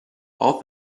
all